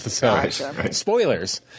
Spoilers